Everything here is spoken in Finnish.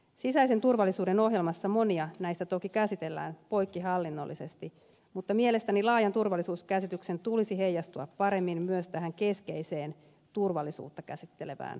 sisäisen turvallisuuden ohjelmassa monia näistä toki käsitellään poikkihallinnollisesti mutta mielestäni laajan turvallisuuskäsityksen tulisi heijastua paremmin myös tähän keskeiseen turvallisuutta käsittelevään selontekoon